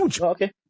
okay